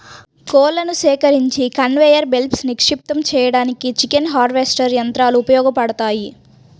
కోళ్లను సేకరించి కన్వేయర్ బెల్ట్పై నిక్షిప్తం చేయడానికి చికెన్ హార్వెస్టర్ యంత్రాలు ఉపయోగపడతాయి